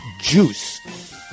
Juice